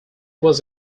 was